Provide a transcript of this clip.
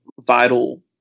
vital